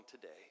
today